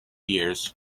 years